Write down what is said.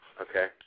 Okay